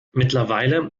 mittlerweile